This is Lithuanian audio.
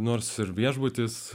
nors viešbutis